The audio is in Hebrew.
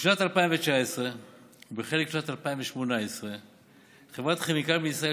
בשנת 2019 ובחלק משנת 2018 חברת כימיקלים לישראל